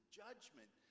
judgment